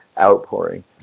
outpouring